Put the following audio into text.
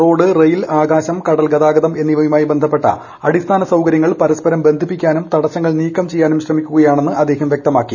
road rail ആകാശം കടൽ ഗതാഗതം എന്നിവയുമായി ബന്ധപ്പെട്ട അടിസ്ഥാന സൌകര്യങ്ങൾ പരസ്പരം ബന്ധിപ്പിക്കാനും തടസങ്ങൾ നീക്കംചെയ്യാനും ശ്രമിക്കുകയാണെന്ന് അദ്ദേഹം പറഞ്ഞു